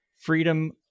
freedom